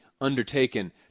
undertaken